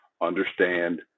understand